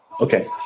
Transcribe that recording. Okay